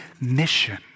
mission